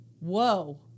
Whoa